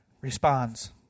responds